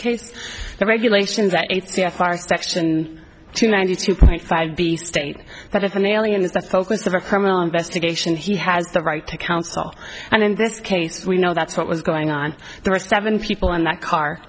case the regulations that section two ninety two point five b state that if an alien is the focus of a criminal investigation he has the right to counsel and in this case we know that's what was going on there were seven people in that car